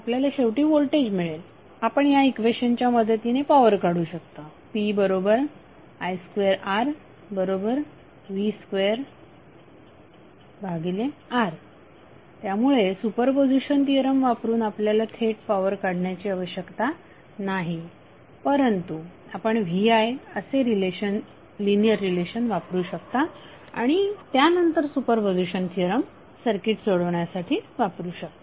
आपल्याला शेवटी व्होल्टेज मिळेल आपण या इक्वेशनच्या मदतीने पॉवर काढू शकता pi2Rv2R त्यामुळे सुपरपोझिशन थिअरम वापरून आपल्याला थेट पॉवर काढण्याची आवश्यकता नाही परंतु आपण VI असे लिनियर रिलेशन वापरू शकता आणि त्यानंतर सुपरपोझिशन थिअरम सर्किट सोडवण्यासाठी वापरू शकता